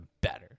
better